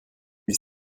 ils